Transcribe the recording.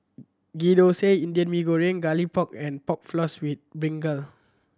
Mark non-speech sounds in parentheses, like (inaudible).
Ghee Thosai Indian Mee Goreng Garlic Pork and Pork Floss with (unintelligible)